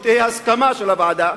שתהיה הסכמה של הוועדה,